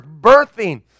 Birthing